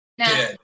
no